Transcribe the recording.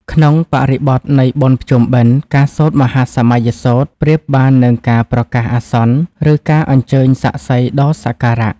ក្នុងបរិបទនៃបុណ្យភ្ជុំបិណ្ឌ ការសូត្រមហាសមយសូត្រប្រៀបបាននឹងការប្រកាសអាសន្ន ឬការអញ្ជើញសាក្សីដ៏សក្ការៈ